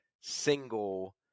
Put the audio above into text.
single